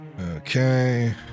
Okay